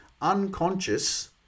unconscious